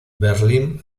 berlin